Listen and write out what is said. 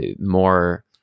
more